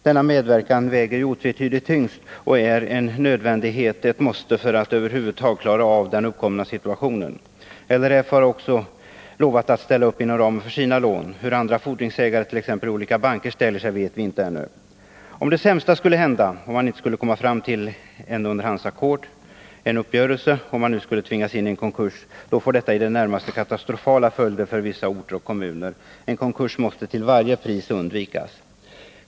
Denna medverkan väger otvetydigt tyngst och är en nödvändighet och ett måste för att man över huvud taget skall kunna klara av den uppkomna situationen. LRF har också lovat att ställa upp inom ramen för sina lån. Hur andra fordringsägare, t.ex. olika banker, ställer sig vet vi inte ännu. Om det värsta skulle hända och man inte skulle komma fram till ett 11 underhandsackord, en uppgörelse, utan tvingas in i en konkurs får detta i det närmaste katastrofala följder för vissa orter och kommuner. En konkurs måste till varje pris undvikas.